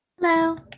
Hello